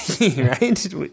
right